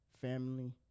family